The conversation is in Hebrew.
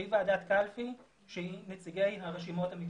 שהיא ועדת קלפי, שהיא נציגי הרשימות המתמודדות.